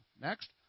next